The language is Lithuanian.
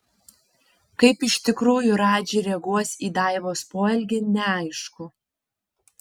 kaip iš tikrųjų radži reaguos į daivos poelgį neaišku